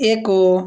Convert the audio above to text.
ଏକ